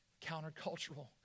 countercultural